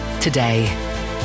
today